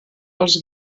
els